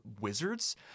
wizards